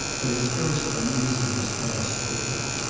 but his first uneasiness passed quickly.